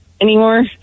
anymore